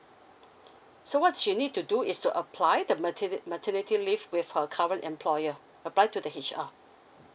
so what she need to do is to apply the maternity maternity leave with her current employer apply to the H_R